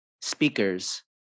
speakers